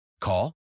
Call